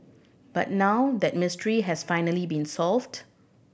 but now that mystery has finally been solved